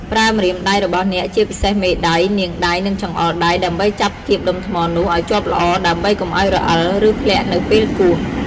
ប្រើម្រាមដៃរបស់អ្នកជាពិសេសមេដៃ នាងដៃ និងចង្អុលដៃ ដើម្បីចាប់គៀបដុំថ្មនោះឲ្យជាប់ល្អ ដើម្បីកុំឲ្យរអិល ឬធ្លាក់នៅពេលគោះ។